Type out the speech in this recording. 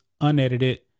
unedited